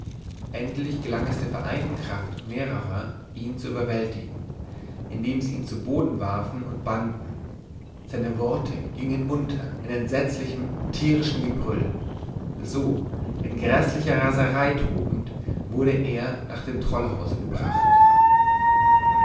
endlich gelang es der vereinten kraft mehrerer ihn zu überwältigen indem sie ihn zu boden warfen und banden seine worte gingen unter in entsetzlichem tierischen gebrüll so in gräßlicher raserei tobend wurde er nach dem tollhause gebracht